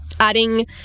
adding